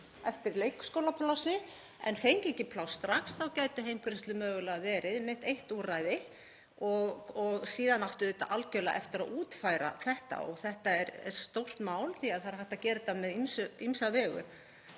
eftir leikskólaplássi en fengju ekki pláss strax þá gætu heimgreiðslur mögulega verið eitt úrræði. Síðan átti auðvitað algerlega eftir að útfæra þetta. Þetta er stórt mál því að það er hægt að gera þetta á ýmsa vegu.